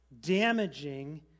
damaging